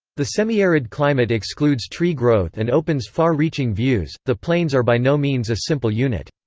the semi-arid climate excludes tree growth and opens far-reaching views the plains are by no means a simple unit.